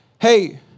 hey